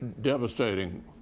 devastating